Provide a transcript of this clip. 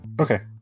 Okay